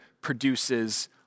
produces